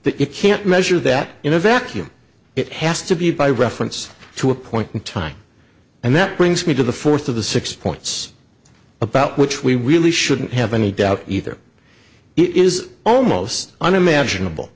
that you can't measure that in a vacuum it has to be by reference to a point in time and that brings me to the fourth of the six points about which we really shouldn't have any doubt either it is almost unimaginable